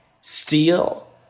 steal